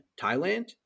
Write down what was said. Thailand